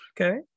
Okay